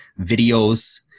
videos